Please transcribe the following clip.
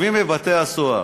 בבתי-הסוהר.